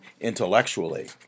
intellectually